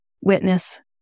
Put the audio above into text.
witness